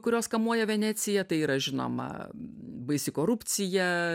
kurios kamuoja veneciją tai yra žinoma baisi korupcija